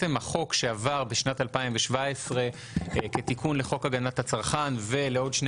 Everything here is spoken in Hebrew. החוק שעבר בשנת 2017 כתיקון לחוק הגנת הצרכן ולעוד שני